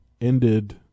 ended